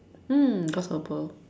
mm grasshopper